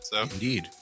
Indeed